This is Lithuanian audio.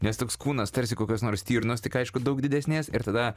nes toks kūnas tarsi kokios nors stirnos tik aišku daug didesnės ir tada